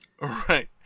Right